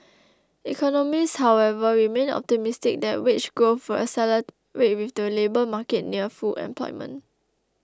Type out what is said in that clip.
economists however remain optimistic that wage growth will accelerate with the labour market near full employment